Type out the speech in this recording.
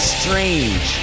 strange